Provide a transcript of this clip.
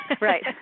Right